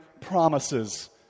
promises